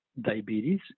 diabetes